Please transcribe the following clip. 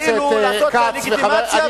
כאילו לעשות דה-לגיטימציה,